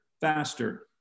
faster